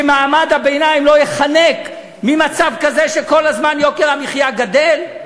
שמעמד הביניים לא ייחנק ממצב כזה שכל הזמן יוקר המחיה גדל,